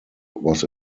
was